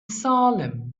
salem